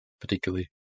particularly